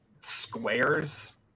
squares